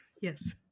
Yes